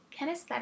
kinesthetic